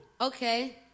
Okay